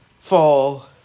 fall